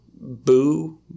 Boo